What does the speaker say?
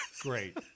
Great